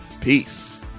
Peace